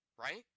Right